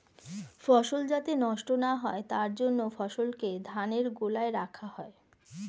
ফসল যাতে নষ্ট না হয় তার জন্য ফসলকে ধানের গোলায় রাখা হয়